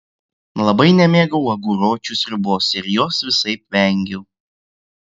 labai nemėgau aguročių sriubos ir jos visaip vengiau